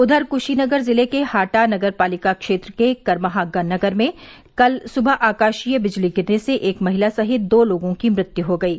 उधर क्शीनगर जिले के हाटा नगर पालिका क्षेत्र के करमहा नगर में कल सुबह आकाशीय बिजली गिरने से एक महिला सहित दो लोगों की मृत्यु हो गयी